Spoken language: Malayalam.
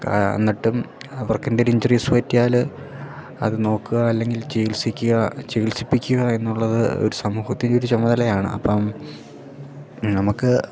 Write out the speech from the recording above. എന്നിട്ടും അവർക്കെന്തെങ്കിലും ഇഞ്ചുറീസ് പറ്റിയാൽ അതു നോക്കുക അല്ലെങ്കിൽ ചികിത്സിക്കുക ചികിത്സിപ്പിക്കുക എന്നുള്ളത് ഒരു സമൂഹത്തിൻ്റെ ഒരു ചുമതലയാണ് അപ്പം നമുക്ക്